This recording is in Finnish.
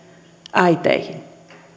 äiteihin